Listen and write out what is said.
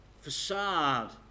facade